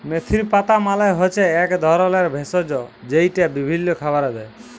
মেথির পাতা মালে হচ্যে এক ধরলের ভেষজ যেইটা বিভিল্য খাবারে দেয়